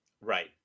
Right